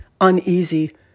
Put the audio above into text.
uneasy